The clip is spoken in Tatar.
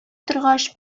торгач